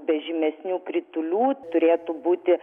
be žymesnių kritulių turėtų būti